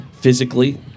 physically